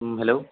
ہوں ہیلو